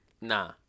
nah